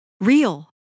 real